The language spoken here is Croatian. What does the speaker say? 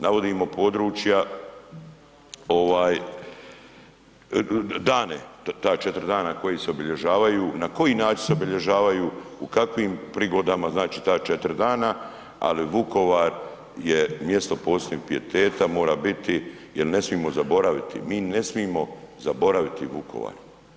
Navodimo područja ovaj, dane, ta 4 dana koji se obilježavaju, na koji način se obilježavaju, u kakvim prigodama, znači ta 4 dana, ali Vukovar je mjesto posebnog pijeteta mora biti jer ne smijemo zaboraviti, mi ne smijemo zaboraviti Vukovar.